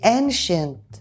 ancient